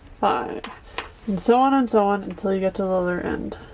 five and so on and so on until you get to the other end.